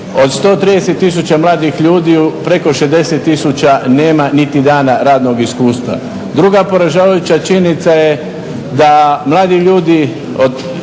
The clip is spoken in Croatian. Od 130 tisuća mladih ljudi preko 60 tisuća nema niti dana radnoga iskustva. Druga poražavajuća činjenica je da mladi ljudi